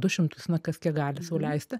du šimtus na kas kiek gali sau leisti